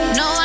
no